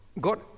God